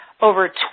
over